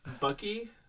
Bucky